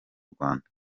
rwanda